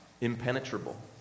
impenetrable